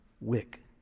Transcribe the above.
wick